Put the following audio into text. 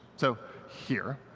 so here,